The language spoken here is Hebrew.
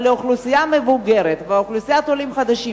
אבל האוכלוסייה המבוגרת ואוכלוסיית העולים החדשים,